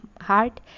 heart